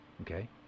okay